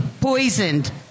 poisoned